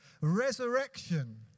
Resurrection